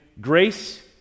grace